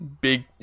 big